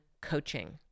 coaching